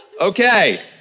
Okay